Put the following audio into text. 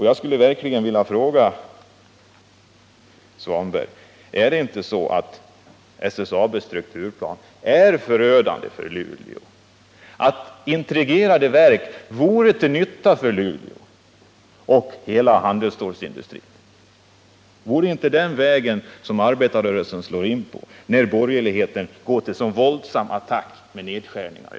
Jag vill verkligen fråga Ingvar Svanberg: Är inte SSAB:s strukturplan förödande för Luleå? Vore inte integrerade verk till nytta för Luleå och för hela handelsstålindustrin? Borde inte arbetarrörelsen slå in på den vägen, när borgerligheten går till så våldsam attack med nedskärningar?